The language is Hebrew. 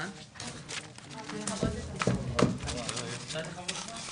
הישיבה ננעלה בשעה